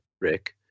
rick